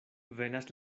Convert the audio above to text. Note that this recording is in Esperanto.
venas